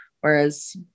whereas